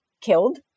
killed